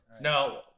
No